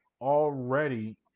already